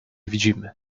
widzimy